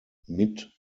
mit